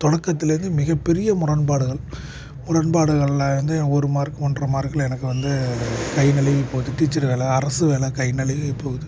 தொடக்கத்தில் இருந்து மிகப் பெரிய முரண்பாடுகள் முரண்பாடுகளில் வந்து ஒரு மார்க் ஒன்றரை மார்க்கில் எனக்கு வந்து கை நழுவிப் போகுது டீச்சர் வேலை அரசு வேலை கை நழுவிப் போகுது